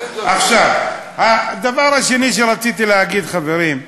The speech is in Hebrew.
אין, עכשיו, הדבר השני שרציתי להגיד, חברים: